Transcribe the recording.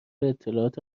اطلاعات